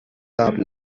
قبل